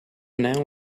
neon